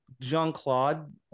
Jean-Claude